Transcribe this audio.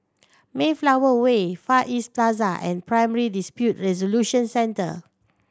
Mayflower Way Far East Plaza and Primary Dispute Resolution Centre